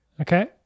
Okay